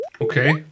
Okay